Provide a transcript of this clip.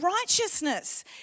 righteousness